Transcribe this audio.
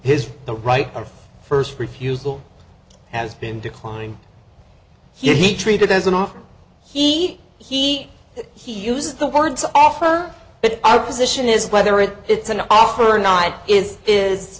his the right of first refusal has been declined he treated as an offer he he he uses the words off but our position is whether it it's an offer or not is is